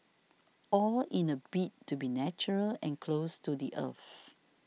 all in a bid to be natural and close to the earth